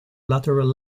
lateral